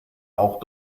auch